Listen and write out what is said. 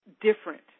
different